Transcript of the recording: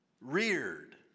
reared